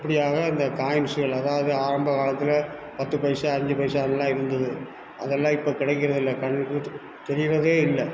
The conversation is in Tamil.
இப்படியாக இந்த காயின்ஸுகள் அதாவது ஆரம்ப காலத்தில் பத்து பைசா அஞ்சு பைசான்னுலாம் இருந்தது அதெல்லாம் இப்போ கிடைக்கிறதில்ல கண்ணுக்கும் து தெரிகிறதே இல்லை